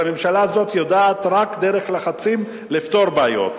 הממשלה הזאת יודעת רק דרך לחצים לפתור בעיות.